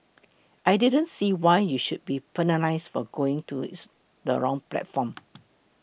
I didn't see why you should be penalised for going to its the wrong platform